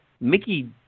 Mickey